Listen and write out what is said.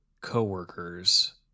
coworkers